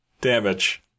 damage